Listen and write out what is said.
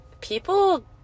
people